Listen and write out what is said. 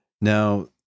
Now